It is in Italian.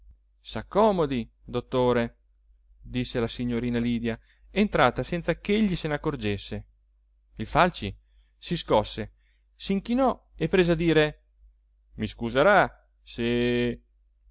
mento s'accomodi dottore disse la signorina lydia entrata senza ch'egli se n'accorgesse il falci si scosse s'inchinò e prese a dire mi scuserà se